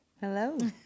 Hello